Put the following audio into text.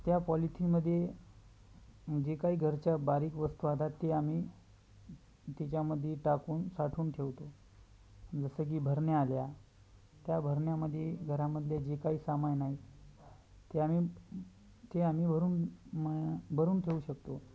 त्या पॉलिथीनमध्ये जे काही घरच्या बारीक वस्तू आतात ते आम्ही त्याच्यामध्ये टाकून साठवून ठेवतो जसं की बरण्या आल्या त्या बरण्यामध्ये घरामधले जे काही सामान आहेत ते आम्ही ते आम्ही भरून म भरून ठेवू शकतो